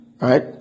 right